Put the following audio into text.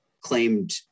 claimed